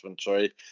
sorry